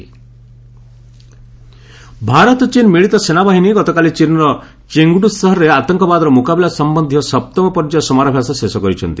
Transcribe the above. India China ଭାରତ ଚୀନ ମିଳିତ ସେନାବାହିନୀ ଗତକାଲି ଚୀନ୍ର ଚେଙ୍ଗ୍ଡୁ ସହରରେ ଆତଙ୍କବାଦର ମୁକାବିଲା ସମ୍ଭନ୍ଧୀୟ ସପ୍ତମ ପର୍ଯ୍ୟାୟ ସମରାଭ୍ୟାସ ଶେଷ କରିଛନ୍ତି